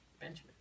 Benjamin